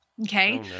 Okay